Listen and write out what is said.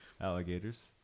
alligators